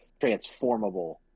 transformable